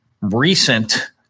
recent